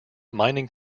mining